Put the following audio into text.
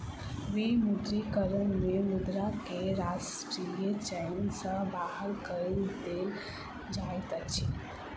विमुद्रीकरण में मुद्रा के राष्ट्रीय चलन सॅ बाहर कय देल जाइत अछि